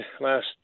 last